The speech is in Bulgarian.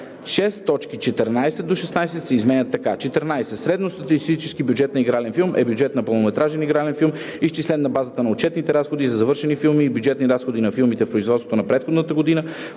14 – 16 се изменят така: „14. „Средностатистически бюджет на игрален филм“ е бюджет на пълнометражен игрален филм, изчислен на базата на отчетените разходи за завършените филми и бюджетните разходи на филмите в производство за предходната година,